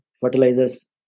fertilizers